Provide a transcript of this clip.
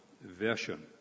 Version